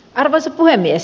arvoisa puhemies